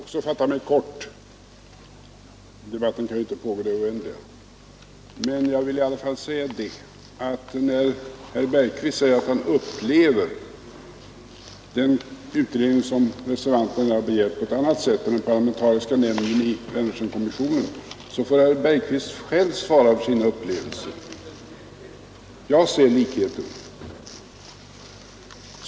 Herr talman! Jag skall också fatta mig kort; debatten kan ju inte pågå i det oändliga. Herr Bergqvist säger att han upplever den utredning som reservanterna begärt på ett annat sätt än den parlamentariska kommissionen i Wennerströmaffären. Herr Bergqvist får själv svara för sina upplevelser. Jag ser likheten!